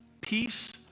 peace